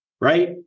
right